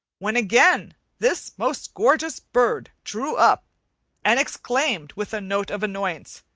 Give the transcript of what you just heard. when again this most gorgeous bird drew up and exclaimed, with a note of annoyance